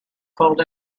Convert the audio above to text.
cold